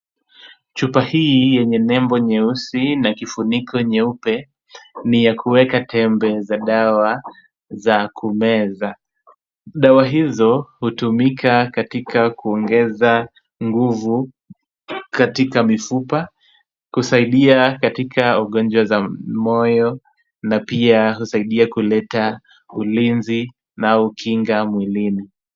Chupa hii yenye nembo nyeusi na kifuniko nyeupe ni ya kuweka tembe za dawa za kumeza. Dawa hizo hutumika katika kuongeza nguvu katika mifupa, kusaidia katika ugonjwa wa moyo na pia kusaidia kuleta ulinzi na kinga mwilini.